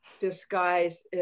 disguise